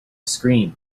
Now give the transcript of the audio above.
scream